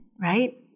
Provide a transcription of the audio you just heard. right